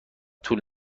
طول